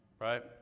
Right